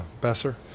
Besser